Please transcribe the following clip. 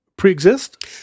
pre-exist